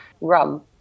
rum